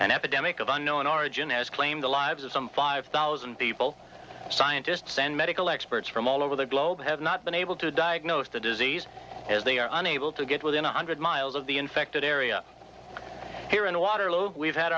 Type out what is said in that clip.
an epidemic of unknown origin as claimed the lives of some five thousand people scientists and medical experts from all over the globe have not been able to diagnose the disease as they are unable to get within one hundred miles of the infected area here in waterloo we've had